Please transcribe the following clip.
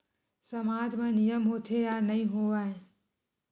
सामाज मा नियम होथे या नहीं हो वाए?